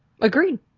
Agreed